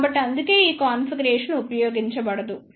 కాబట్టి అందుకే ఈ కాన్ఫిగరేషన్ ఉపయోగించబడదు